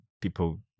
people